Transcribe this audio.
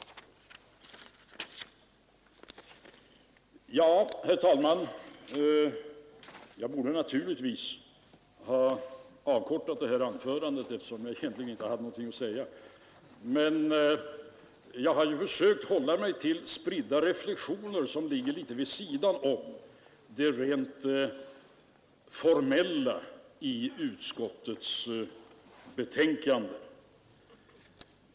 Herr talman! Jag borde naturligtvis ha avkortat detta anförande, eftersom jag egentligen inte hade så mycket att säga. Jag har försökt hålla mig till spridda reflexioner, som ligger något vid sidan av det rent formella innehållet i utskottsbetänkandet.